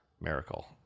miracle